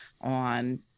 on